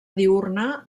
diürna